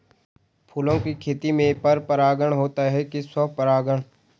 फूलों की खेती में पर परागण होता है कि स्वपरागण?